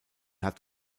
hat